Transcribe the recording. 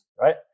right